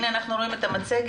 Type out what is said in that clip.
הנה, אנחנו רואים את המצגת.